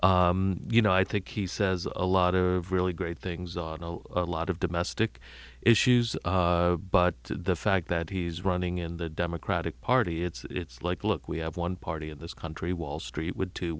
you know i think he says a lot of really great things on a lot of domestic issues but the fact that he's running in the democratic party it's like look we have one party in this country wall street would two